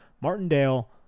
Martindale